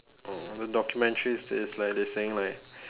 oh the documentary says like they saying like